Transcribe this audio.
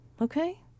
okay